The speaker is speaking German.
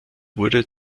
wurde